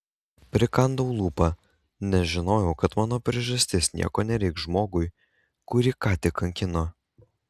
prikandau lūpą nes žinojau kad mano priežastis nieko nereikš žmogui kurį ką tik kankino